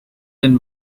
den